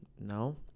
no